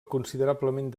considerablement